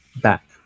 back